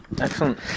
Excellent